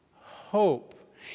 hope